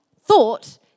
thought